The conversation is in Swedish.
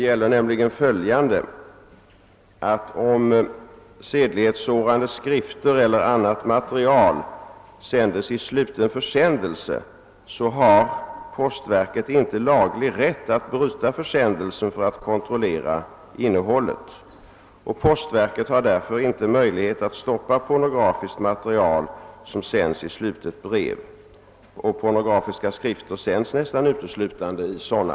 Vare sig det är sedlighetssårande skrifter eller annat material som skickas i sluten försändelse har postverket inte laglig rätt att bryta försändelsen för att kontrollera innehållet. Postverket kan därför inte stoppa pornografiskt material som sänds i slutet brev, och pornografiska skrifter sänds nästan uteslutande i sådana.